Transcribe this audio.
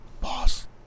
Boss